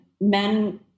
men